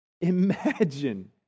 Imagine